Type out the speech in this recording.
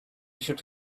should